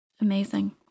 Amazing